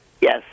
Yes